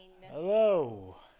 Hello